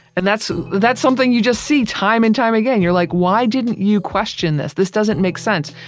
and that's that's something you just see time and time again. you're like, why didn't you question this? this doesn't make sense.